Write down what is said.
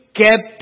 kept